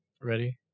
Ready